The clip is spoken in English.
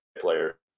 player